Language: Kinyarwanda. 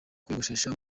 kwiyogoshesha